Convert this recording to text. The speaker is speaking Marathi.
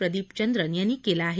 प्रदीपचंद्रन यांनी केलं आहे